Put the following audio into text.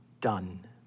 done